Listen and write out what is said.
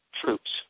troops